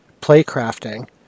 Playcrafting